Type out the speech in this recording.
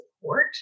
support